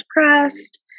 depressed